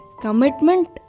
commitment